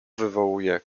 wywołuje